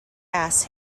asks